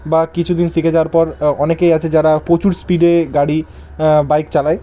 বা কিছু দিন শিখে যাওয়ার পর অনেকেই আছে যারা প্রচুর স্পিডে গাড়ি বাইক চালায়